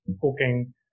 cooking